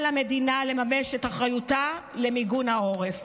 על המדינה לממש את אחריותה למיגון העורף.